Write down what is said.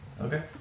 Okay